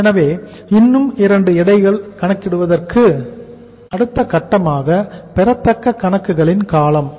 எனவே இன்னும் 2 எடைகளை கணக்கிடுவதற்கு அடுத்த கட்டமாக பெறத்தக்க கணக்குகளின் காலம் DAR